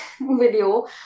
video